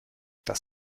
das